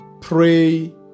pray